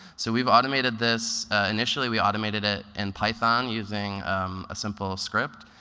so we've automated this initially we automated it in python using a simple script.